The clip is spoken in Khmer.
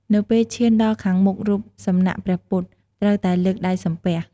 នៅពេលឈានដល់ខាងមុខរូបសំណាកព្រះពុទ្ធ ត្រូវតែលើកដៃសំពះ។